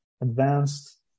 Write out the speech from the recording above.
advanced